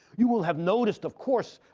you will have noticed, of course,